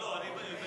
לא, לא.